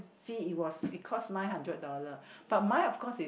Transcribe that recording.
see it was it cost nine hundred dollar but mine of course is